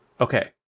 Okay